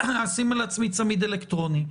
אשים על עצמי צמיד אלקטרוני,